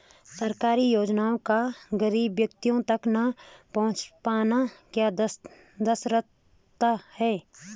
सरकारी योजनाओं का गरीब व्यक्तियों तक न पहुँच पाना क्या दर्शाता है?